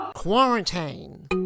Quarantine